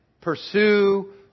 pursue